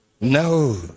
No